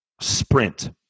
sprint